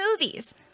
movies